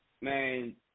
man